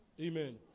Amen